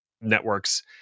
networks